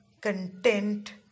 content